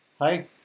Hi